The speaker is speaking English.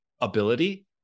ability